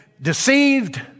deceived